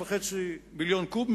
כ-13.5 מיליון קוב,